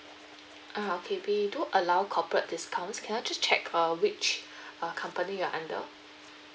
ah okay we do allow corporate discounts can I just check uh which uh company you are under